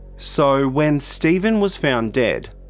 so, when stephen was found dead,